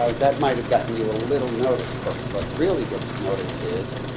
ah that might have gotten you a little notice but what really gets notice is,